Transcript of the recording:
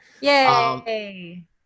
Yay